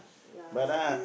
ya